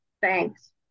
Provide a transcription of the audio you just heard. Thanks